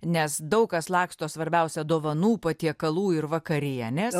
nes daug kas laksto svarbiausia dovanų patiekalų ir vakarienės